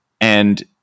and-